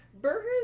burgers